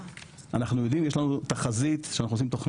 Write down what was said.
יש לנו תחזית כשאנחנו עושים תוכנית